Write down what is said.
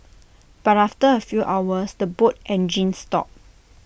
but after A few hours the boat engines stopped